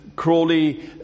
crawley